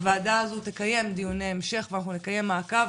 הוועדה הזו תקיים דיוני המשך ומעקב